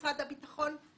משרד הביטחון,